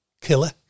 killer